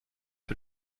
que